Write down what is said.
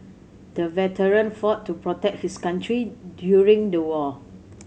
the veteran fought to protect his country during the war